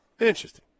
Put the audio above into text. interesting